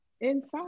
inside